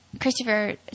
Christopher